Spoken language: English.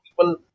people